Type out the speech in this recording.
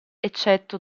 eccetto